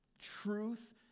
Truth